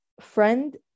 friend